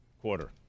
quarter